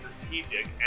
strategic